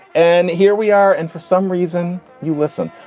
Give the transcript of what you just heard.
and here we are. and for some reason, you listen.